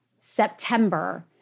September